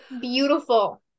beautiful